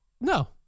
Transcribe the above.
No